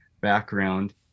background